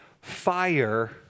fire